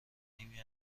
نیمی